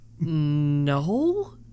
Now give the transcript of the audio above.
No